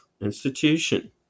institution